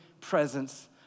presence